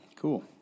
Cool